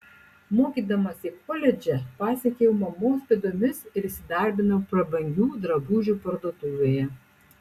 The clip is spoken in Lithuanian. mokydamasi koledže pasekiau mamos pėdomis ir įsidarbinau prabangių drabužių parduotuvėje